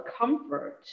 comfort